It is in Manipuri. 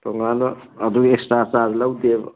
ꯇꯣꯉꯥꯟꯕ ꯑꯗꯨ ꯑꯦꯛꯁꯇ꯭ꯔꯥ ꯆꯥꯔꯖ ꯂꯧꯗꯦꯕ